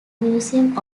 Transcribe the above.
museum